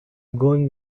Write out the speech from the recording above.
going